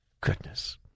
goodness